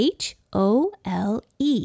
hole